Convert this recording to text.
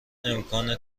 امکان